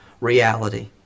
reality